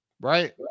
right